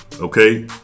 Okay